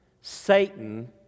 Satan